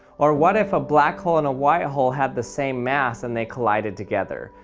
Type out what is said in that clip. or what if a black hole and a white hole had the same mass and they collided together?